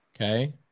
okay